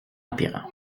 empirant